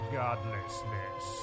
godlessness